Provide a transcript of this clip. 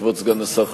כבוד סגן השר,